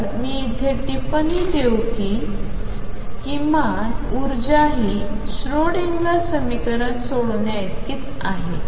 तर मी येथे टिप्पणी देऊ कि किमान ऊर्जाहि श्रोडिंगर समीकरण सोडवण्याइतकीच आहे